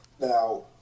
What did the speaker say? now